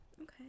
okay